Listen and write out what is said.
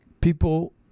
People